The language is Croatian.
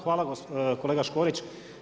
Hvala kolega Škorić.